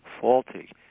faulty